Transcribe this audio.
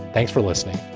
thanks for listening.